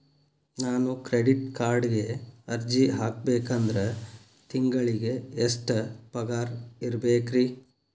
ನಾನು ಕ್ರೆಡಿಟ್ ಕಾರ್ಡ್ಗೆ ಅರ್ಜಿ ಹಾಕ್ಬೇಕಂದ್ರ ತಿಂಗಳಿಗೆ ಎಷ್ಟ ಪಗಾರ್ ಇರ್ಬೆಕ್ರಿ?